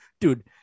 dude